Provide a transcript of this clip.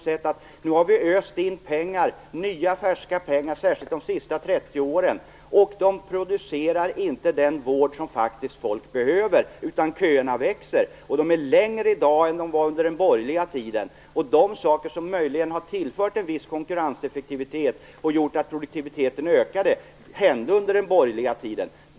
Trots att vi har öst in nya pengar, särskilt de senaste 30 åren, producerar de inte den vård som folk faktiskt behöver, utan köerna växer; de är längre i dag än de var under den borgerliga tiden. De saker som möjligen har tillfört en viss konkurrenseffektivitet och gjort att produktiviteten ökade hände under den borgerliga tiden.